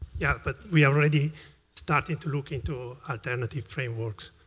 yeah but we already starting to look into alternative frameworks,